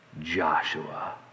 Joshua